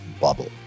bubble